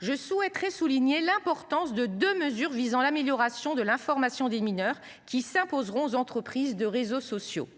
je souhaiterais souligner l'importance de de mesures visant l'amélioration de l'information des mineurs qui s'imposeront aux entreprises de réseaux sociaux.